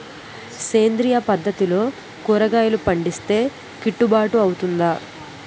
సేంద్రీయ పద్దతిలో కూరగాయలు పండిస్తే కిట్టుబాటు అవుతుందా?